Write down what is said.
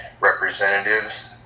representatives